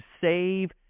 save